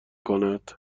کند